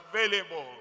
available